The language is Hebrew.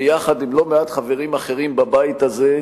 יחד עם לא מעט חברים אחרים בבית הזה,